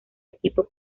equipo